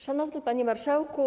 Szanowny Panie Marszałku!